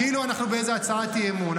כאילו אנחנו באיזה הצעת אי-אמון.